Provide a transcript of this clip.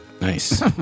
Nice